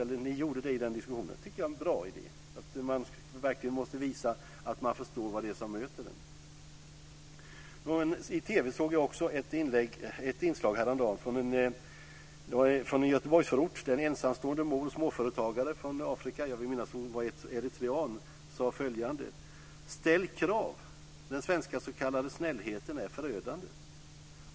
Jag tycker att det är en bra idé att man måste visa att man förstår vad som möter en. I TV såg jag också ett inslag häromdagen från en Göteborgsförort. En ensamstående mor och småföretagare från Afrika - jag vill minnas att hon var eritrean - sade: Ställ krav. Den svenska s.k. snällheten är förödande.